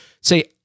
say